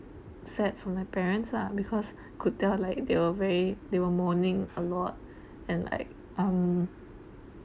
sad for my parents lah because could tell like they were very they were mourning a lot and like um